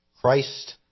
Christ